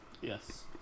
yes